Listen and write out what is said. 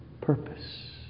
purpose